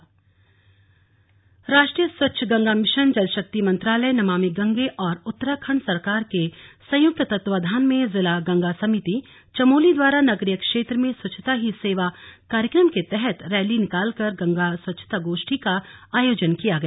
slug राष्ट्रीय स्वच्छता Ganga mission राष्ट्रीय स्वच्छ गंगा मिशन जल शक्ति मंत्रालय नमामि गंगे व उत्तराखण्ड सरकार के संयुक्त तत्वाधान में जिला गंगा समिति चमोली द्वारा नगरीय क्षेत्र में स्वच्छता ही सेवा कार्यक्रम के तहत रैली निकाल कर गंगा स्वच्छता गोष्ठी का आयोजन किया गया